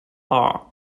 are